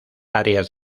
áreas